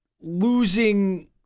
losing